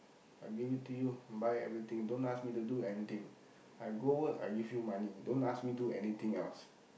I give it to you buy everything don't ask me to do anything I go work I give you money don't ask me do anything else